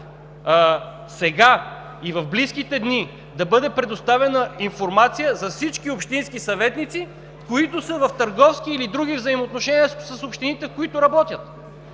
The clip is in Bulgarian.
сега и в близките дни да бъде предоставена информация за всички общински съветници в търговски или други взаимоотношения с общините, в които работят.